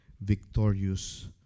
Victorious